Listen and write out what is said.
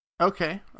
Okay